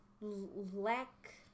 lack